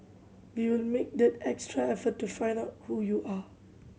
we will make that extra effort to find out who you are